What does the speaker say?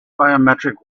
biometric